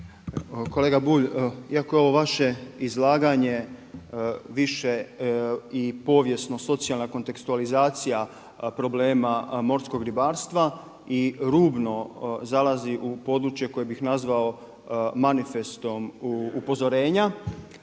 Kolega Bulj, iako je ovo vaše izlaganje više i povijesno-socijalna kontekstualizacija problema morskog ribarstva i rubno zalazi u područje koje bih nazvao manifestom upozorenja